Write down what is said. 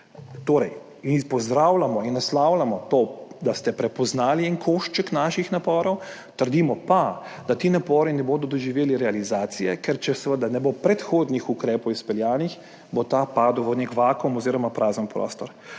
osem. Pozdravljamo in naslavljamo to, da ste prepoznali en košček naših naporov, trdimo pa, da ti napori ne bodo doživeli realizacije, ker če seveda ne bo izpeljanih predhodnih ukrepov, bodo padli v nek vakuum oziroma prazen prostor.